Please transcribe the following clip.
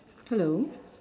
hello